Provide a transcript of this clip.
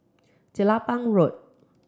Jelapang Road